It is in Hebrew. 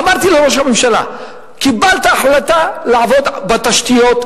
אמרתי לראש הממשלה: קיבלת החלטה לעבוד בתשתיות,